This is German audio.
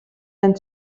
ein